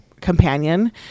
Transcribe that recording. companion